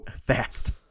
fast